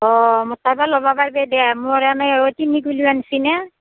অ মোৰ তাৰপৰা ল'ব পাৰিবা দিয়া মোৰ এনেই তিনি কিলো আনছি না